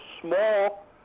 small